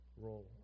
role